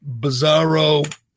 bizarro